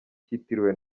kitiriwe